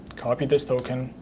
copy this token.